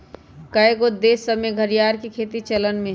कएगो देश सभ में घरिआर के खेती चलन में हइ